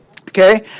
Okay